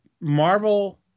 Marvel